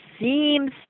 seems